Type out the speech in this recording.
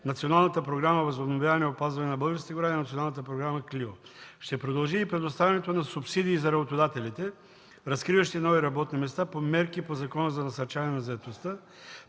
Националната програма „Възобновяване и опазване на българската гора” и Националната програма „Клио”. Ще продължи предоставянето на субсидии за работодателите, разкриващи нови работни места по мерки по Закона за насърчаване на заетостта.